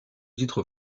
titres